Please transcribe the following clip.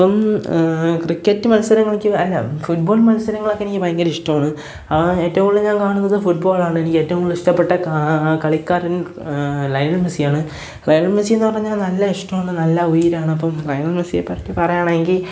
അപ്പം ക്രിക്കറ്റ് മത്സരങ്ങളെനിക്ക് അല്ല ഫുട്ബോൾ മത്സരങ്ങളൊക്കെ എനിക്ക് ഭയങ്കര ഇഷ്ടമാണ് ഏറ്റവും കൂടുതൽ ഞാൻ കാണുന്നത് ഫുട്ബോളാണ് നിക്ക് ഏറ്റവും കൂടുതലിഷ്ടപ്പെട്ട കളിക്കാരൻ ലയണൽ മെസ്സിയാണ് ലയണൽ മെസ്സിയെന്നു പറഞ്ഞാൽ നല്ല ഇഷ്ടമാണ് നല്ല ഉയിരാണ് അപ്പം ലയണൽ മെസ്സിയെ പറ്റി പറയാണെങ്കിൽ